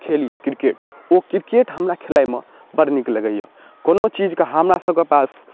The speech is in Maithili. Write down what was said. खेल अइ किरकेट ओ किरकेट हमरा खेलाइमे बड़ नीक लगैए कोनो चीजके हमरासभके पास